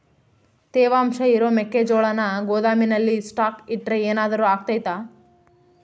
ತೇವಾಂಶ ಇರೋ ಮೆಕ್ಕೆಜೋಳನ ಗೋದಾಮಿನಲ್ಲಿ ಸ್ಟಾಕ್ ಇಟ್ರೆ ಏನಾದರೂ ಅಗ್ತೈತ?